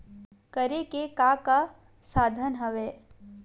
करे के का का साधन हवय?